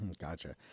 Gotcha